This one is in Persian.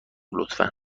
لطفا